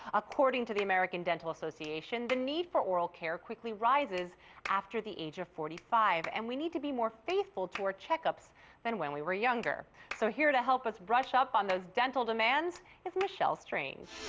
according to the american dental association, the need for oral care quickly rises after the age of forty five, and we need to be more faithful to our checkups than when we were younger. so, here to help us brush up on those dental demands is michelle strange.